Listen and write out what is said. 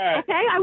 okay